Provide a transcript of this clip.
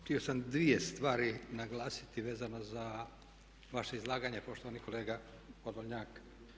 Htio sam dvije stvari naglasiti vezano za vaše izlaganje poštovani kolega Podolnjak.